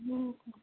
हो का